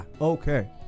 Okay